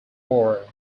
war